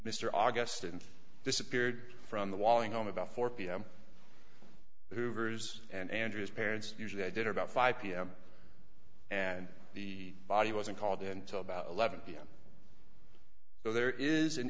mr august and disappeared from the walling home about four pm hoovers and andrew's parents usually i did about five pm and the body wasn't called until about eleven pm so there is an